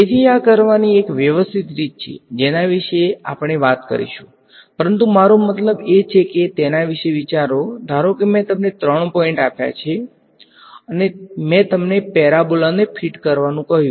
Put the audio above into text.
તેથી આ કરવાની એક વ્યવસ્થિત રીત છે જેના વિશે આપણે વાત કરીશું પરંતુ મારો મતલબ એ છે કે તેના વિશે વિચારો ધારો કે મેં તમને ત્રણ પોઈન્ટ આપ્યા છે અને મેં તમને પેરાબોલાને ફિટ કરવાનું કહ્યું છે